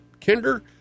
Kinder